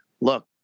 look